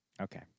Okay